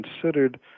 considered